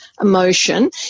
emotion